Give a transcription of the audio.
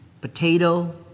potato